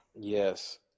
Yes